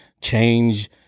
change